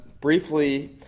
briefly